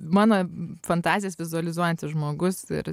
mano fantazijas vizualizuojantis žmogus ir